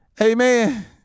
Amen